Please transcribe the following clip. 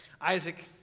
Isaac